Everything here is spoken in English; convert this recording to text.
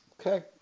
Okay